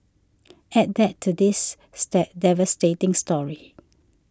add that to this state devastating story